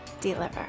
deliver